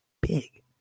big